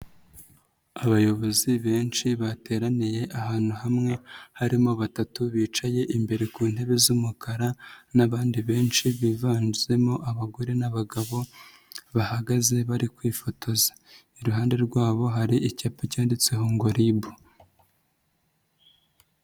Abayobozi benshi bateraniye ahantu hamwe, harimo batatu bicaye imbere ku ntebe z'umukara n'abandi benshi bivanzemo abagore n'abagabo, bahagaze bari kwifotoza. Iruhande rwabo hari icyapa cyanditseho ngo RIB.